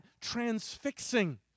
transfixing